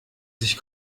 sich